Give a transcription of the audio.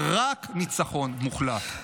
רק ניצחון מוחלט.